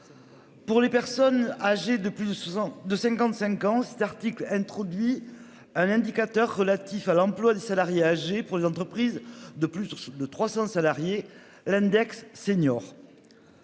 plus de 12 ans, de 55 ans, cet article introduit un indicateur, relatif à l'emploi des salariés âgés, pour les entreprises de plus de 300 salariés, l'index senior.